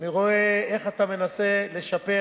רואה איך אתה מנסה באופן שיטתי לשפר